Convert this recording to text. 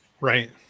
Right